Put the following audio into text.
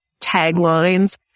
taglines